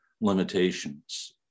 limitations